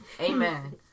amen